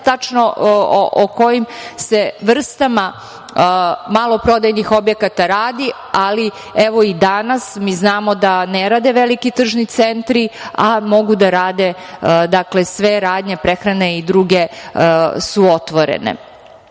tačno o kojim se vrstama maloprodajnih objekata radi, ali evo i danas mi znamo da ne rade veliki tržni centri, a mogu da rade, sve radnje prehrane i druge su otvorene. Rekla